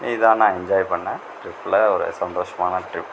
இதுதான் நான் என்ஜாய் பண்ண ட்ரிப்பில் ஒரு சந்தோஷமான ட்ரிப்